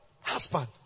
husband